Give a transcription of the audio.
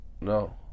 No